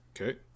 Okay